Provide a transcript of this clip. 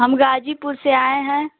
हम गाजीपुर से आए हैं